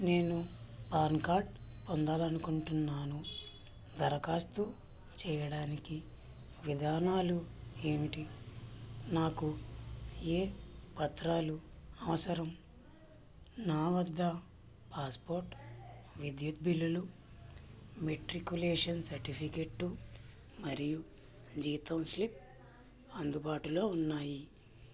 నేను PAN card పొందాలి అనుకుంటున్నాను దరఖాస్తు చేయడానికి విధానాలు ఏమిటి నాకు ఏ పత్రాలు అవసరం నా వద్ద పాస్పోర్ట్ విద్యుత్ బిల్లులు మెట్రిక్యులేషన్ సర్టిఫికెట్టు మరియు జీతం స్లిప్ అందుబాటులో ఉన్నాయి